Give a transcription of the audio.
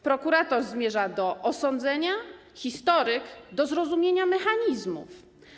Prokurator zmierza do osądzenia, historyk - do zrozumienia mechanizmów.